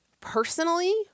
personally